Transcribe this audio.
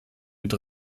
mit